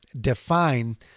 define